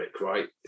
right